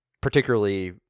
particularly